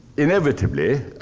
inevitably,